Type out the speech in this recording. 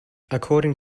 according